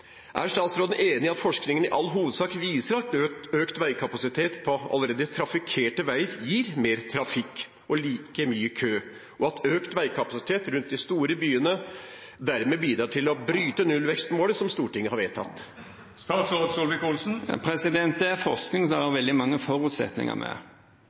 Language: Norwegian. Er statsråden enig i at forskningen i all hovedsak viser at økt veikapasitet på allerede trafikkerte veier gir mer trafikk og like mye kø, og at økt veikapasitet rundt de store byene dermed bidrar til å bryte nullveksten vår, som Stortinget har vedtatt? Dette er forskning som har veldig mange forutsetninger. Min erfaring er